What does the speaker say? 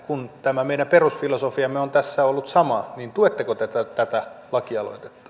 kun tämä meidän perusfilosofiamme on tässä ollut sama niin tuetteko te tätä lakialoitetta